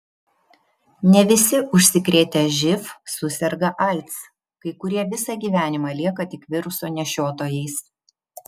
ne visi užsikrėtę živ suserga aids kai kurie visą gyvenimą lieka tik viruso nešiotojais